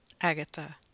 Agatha